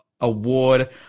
award